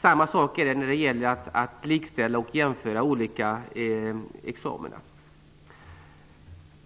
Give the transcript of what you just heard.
Samma sak är det när det gäller att likställa och jämföra olika examina.